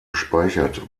gespeichert